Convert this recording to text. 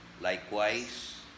likewise